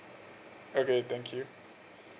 okay thank you